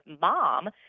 mom